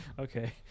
okay